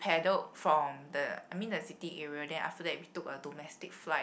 paddled from the I mean the city area then after that we took a domestic flight